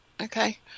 Okay